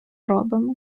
робимо